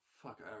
fuck